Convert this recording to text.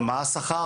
מה השכר?